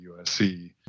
USC